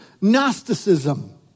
Gnosticism